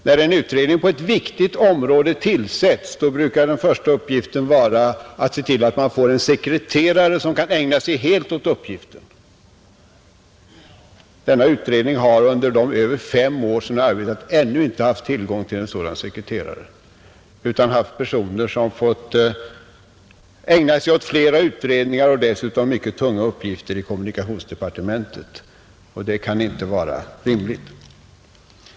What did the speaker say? När en utredning på ett viktigt område tillsätts, brukar den första uppgiften vara att se till att man får en sekreterare som kan ägna sig helt åt uppgiften. Denna utredning har under de över fem år som den arbetat ännu inte haft tillgång till en sådan sekreterare utan haft personer som fått ägna sig åt flera utredningar och dessutom mycket tunga uppgifter i kommunikationsdepartementet, och det kan inte vara rimligt.